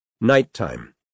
Nighttime